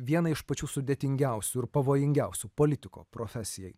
vienai iš pačių sudėtingiausių ir pavojingiausių politiko profesijai